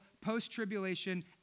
post-tribulation